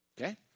Okay